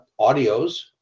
audios